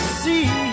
see